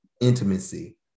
intimacy